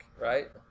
right